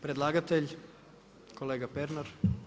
Predlagatelj, kolega Pernar.